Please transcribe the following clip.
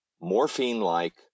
morphine-like